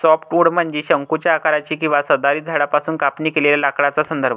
softwood म्हणजे शंकूच्या आकाराचे किंवा सदाहरित झाडांपासून कापणी केलेल्या लाकडाचा संदर्भ